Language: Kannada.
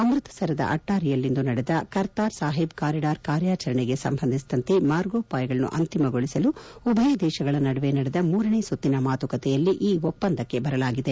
ಅಮೃತಸರದ ಅಟ್ಟಾರಿಯಲ್ಲಿಂದು ನಡೆದ ಕರ್ತಾರ್ ಸಾಹಿಬ್ ಕಾರಿಡಾರ್ ಕಾರ್ಯಾಚರಣೆಗೆ ಸಂಬಂಧಿಸಿದಂತೆ ಮಾರ್ಗೋಪಾಯಗಳನ್ನು ಅಂತಿಮಗೊಳಿಸಲು ಉಭಯ ದೇಶಗಳ ನಡುವೆ ನಡೆದ ಮೂರನೇ ಸುತ್ತಿನ ಮಾತುಕತೆಯಲ್ಲಿ ಈ ಒಪ್ಪಂದಕ್ಕೆ ಬರಲಾಗಿದೆ